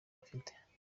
mfite